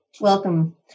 welcome